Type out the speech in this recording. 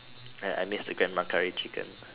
I missed the grandma curry chicken